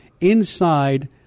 inside